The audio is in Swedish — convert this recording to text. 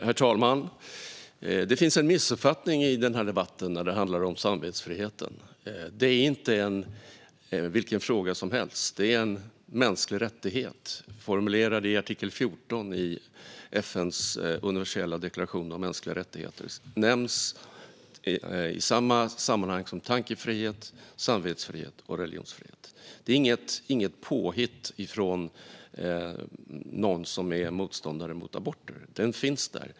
Herr talman! Det finns en missuppfattning i den här debatten när det handlar om samvetsfrihet. Det är inte vilken fråga som helst; det är en mänsklig rättighet, formulerad i artikel 14 i FN:s universella deklaration om mänskliga rättigheter. Den nämns i samma sammanhang som tankefrihet och religionsfrihet. Det är inget påhitt från någon som är motståndare till aborter, utan den finns där.